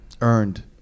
earned